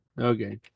Okay